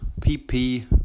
PP